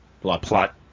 plot